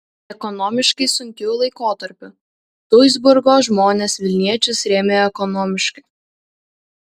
ekonomiškai sunkiu laikotarpiu duisburgo žmonės vilniečius rėmė ekonomiškai